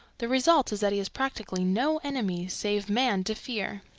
the result is that he has practically no enemies save man to fear.